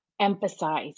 emphasize